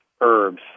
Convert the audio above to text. herbs